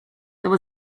there